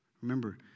Remember